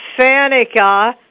Fanica